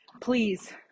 please